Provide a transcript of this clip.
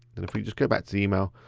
then if we just go back to email,